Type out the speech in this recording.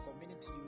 community